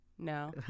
no